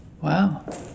Wow